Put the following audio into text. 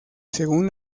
según